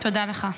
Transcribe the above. תודה לך.